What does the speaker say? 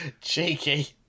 Cheeky